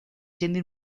siendo